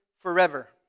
forever